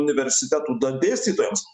universitetų dėstytojams